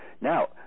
Now